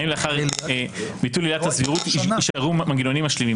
האם לאחר ביטול עילת הסבירות יישארו מנגנונים משלימים.